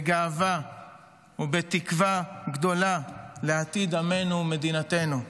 גאווה ותקווה גדולה לעתיד עמנו ומדינתנו.